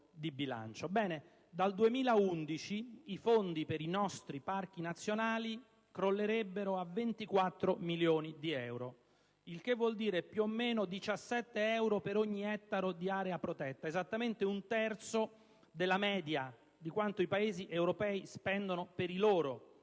dal 2011 i fondi per i nostri parchi nazionali crollerebbero a 24 milioni di euro, il che vuol dire più o meno 17 euro per ogni ettaro di area protetta, esattamente un terzo della media di quanto i Paesi europei spendono per i loro parchi